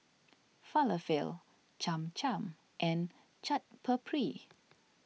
Falafel Cham Cham and Chaat Papri